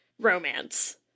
romance